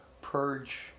purge